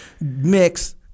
mix